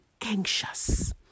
anxious